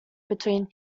between